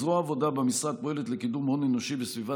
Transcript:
זרוע העבודה במשרד פועלת לקידום הון אנושי וסביבה